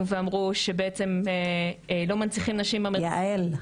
ואמרו שבעצם לא מנציחים נשים--- יעל,